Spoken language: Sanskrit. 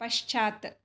पश्चात्